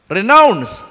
Renounce